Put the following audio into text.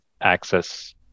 access